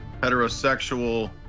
Heterosexual